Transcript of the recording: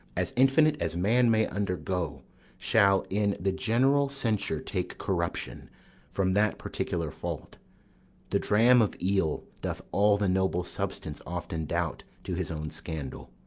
as infinite as man may undergo shall in the general censure take corruption from that particular fault the dram of eale doth all the noble substance often doubt to his own scandal.